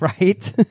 right